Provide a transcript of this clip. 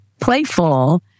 playful